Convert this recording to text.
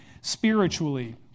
spiritually